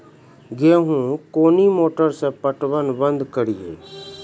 गेहूँ कोनी मोटर से पटवन बंद करिए?